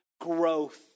growth